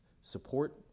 support